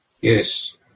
Yes